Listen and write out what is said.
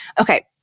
Okay